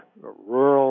rural